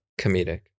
comedic